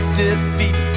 defeat